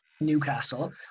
Newcastle